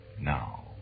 now